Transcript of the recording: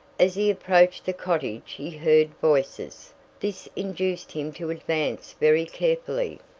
as he approached the cottage he heard voices this induced him to advance very carefully,